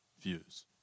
views